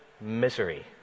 misery